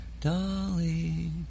Dolly